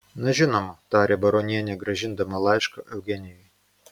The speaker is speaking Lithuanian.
na žinoma tarė baronienė grąžindama laišką eugenijui